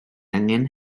angen